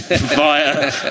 Via